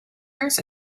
years